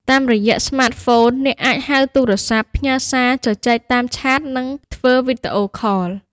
តាមរយៈស្មាតហ្វូន អ្នកអាច ហៅទូរស័ព្ទ ផ្ញើសារ ជជែកតាមឆាត និងធ្វើវីដេអូខល។